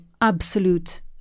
absolute